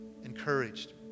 Encouraged